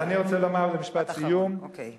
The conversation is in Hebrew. אז אני רוצה לומר כמשפט סיום, משפט אחרון, אוקיי.